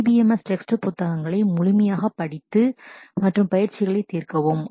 DBMS text புத்தகங்களை முழுமையாக படித்து மற்றும் பயிற்சிகளை தீர்க்கவும்